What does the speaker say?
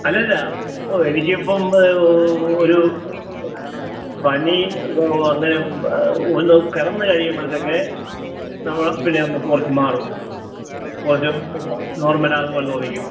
അലല്ല ഓ എനിക്കിപ്പം ഒരു പനി ഓ അങ്ങനെയൊന്നും ഒന്ന് കിടന്നു കഴിയുമ്പോഴത്തേക്ക് നമ്മൾ പിന്നെ നമുക്ക് കുറച്ചു മാറും കുറച്ചു നോർമലാണെന്ന് പോലെ തോന്നിക്കും